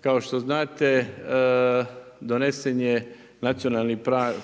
kao što znate donesen je Nacionalni